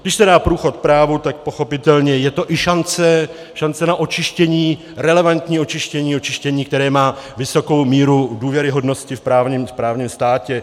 Když se dá průchod právu, tak pochopitelně je to i šance na očištění, relevantní očištění, očištění, které má vysokou míru důvěryhodnosti v právním státě.